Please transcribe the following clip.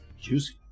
Juicy